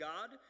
God